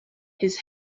his